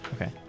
Okay